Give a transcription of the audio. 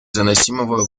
заносимого